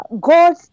God